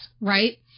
right